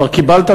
כבר קיבלת,